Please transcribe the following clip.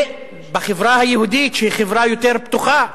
זה בחברה היהודית, שהיא חברה יותר פתוחה,